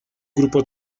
grupo